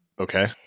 Okay